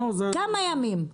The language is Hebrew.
כמה ימים?